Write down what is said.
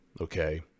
okay